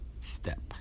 Step